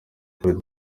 claude